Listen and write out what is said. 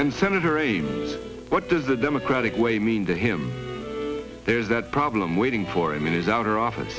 and senator amy what does the democratic way mean to him there's a problem waiting for him in his outer office